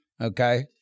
Okay